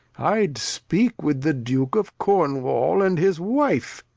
i'd speak with the duke of cornwal, and his wife.